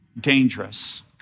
dangerous